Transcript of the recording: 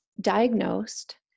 diagnosed